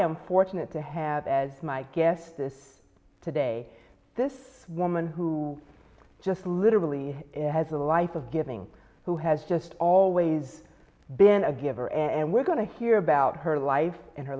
am fortunate to have as my guest this today this woman who just literally has a life of giving who has just always been a giver and we're going to hear about her life and her